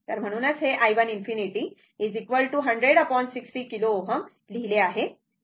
तर म्हणूनच हे i 1 ∞ 10060 किलो Ω लिहिले आहे